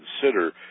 consider